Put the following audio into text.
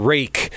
Rake